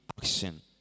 action